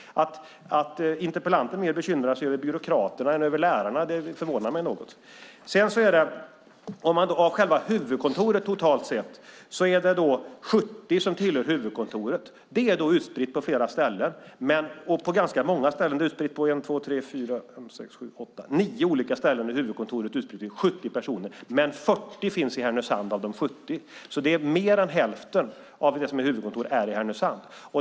Att interpellanten mer bekymrar sig över byråkraterna än över lärarna förvånar mig något. Totalt sett är det 70 personer som tillhör huvudkontoret. Det är utspritt på nio ställen. Men 40 av de 70, mer än hälften av det som är huvudkontoret, finns i Härnösand.